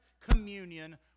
communion